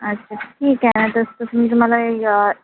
अच्छा ठीक आहे न तसं मी तुम्हाला ए आ